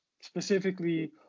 specifically